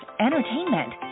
entertainment